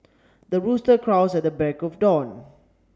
the rooster crows at the break of dawn